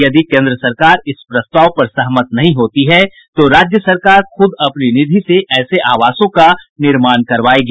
यदि केंद्र सरकार इस प्रस्ताव पर सहमत नहीं होती है तो राज्य सरकार खुद अपनी निधि से ऐसे आवासों का निर्माण करवायेगी